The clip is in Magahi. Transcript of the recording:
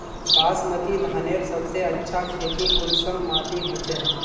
बासमती धानेर सबसे अच्छा खेती कुंसम माटी होचए?